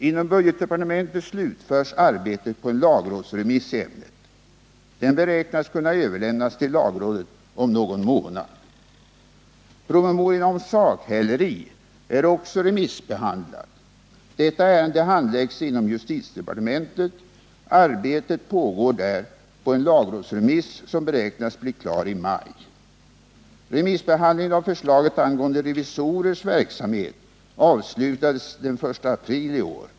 Inom budgetdepartementet slutförs arbetet på lagrådsremiss i ämnet. Den beräknas kunna överlämnas till lagrådet om någon månad. Promemorian om sakhäleri är också remissbehandlad. Detta ärende handläggs inom justitiedepartementet. Arbetet pågår där på en lagrådsremiss som beräknas bli klar i maj. Remissbehandlingen av förslaget angående revisorers verksamhet avslulades den 1 april i år.